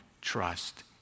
trust